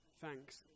Thanks